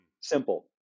Simple